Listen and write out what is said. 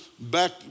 back